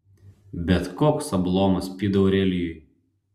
bet koks ablomas pydaurelijui